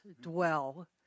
dwell